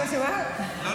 כשאת אומרת את זה,